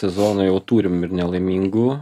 sezonui jau turim ir nelaimingų